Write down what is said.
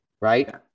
right